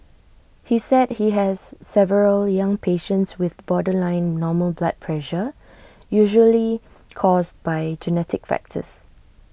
he said he has several young patients with borderline normal blood pressure usually caused by genetic factors